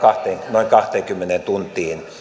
noin kahteenkymmeneen tuntiin